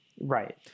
Right